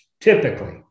typically